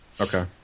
Okay